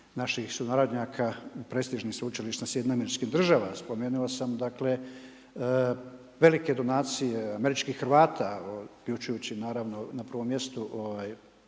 naših sunarodnjaka u prestižnim sveučilištima u Sjedinjenim Američkim Državama. Spomenuo sam dakle velike donacije američkih Hrvata uključujući naravno na prvom mjestu